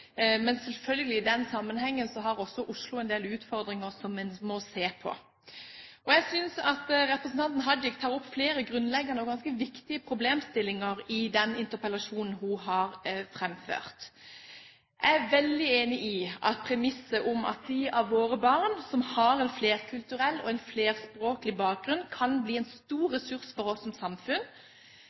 Men selvfølgelig har Oslo i denne sammenhengen en del utfordringer som en må se på. Jeg synes at representanten Hajik tar opp flere grunnleggende og ganske viktige problemstillinger i denne interpellasjonen. Jeg er veldig enig i premisset om at de av våre barn som har en flerkulturell og flerspråklig bakgrunn, kan bli en stor ressurs for oss som samfunn,